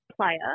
player